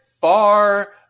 far